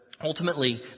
ultimately